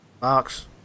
Box